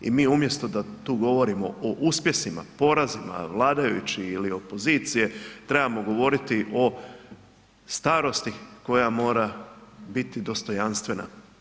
I umjesto da tu govorimo o uspjesima, porazima vladajućih ili opozicije, trebamo govoriti o starosti koja mora biti dostojanstvena.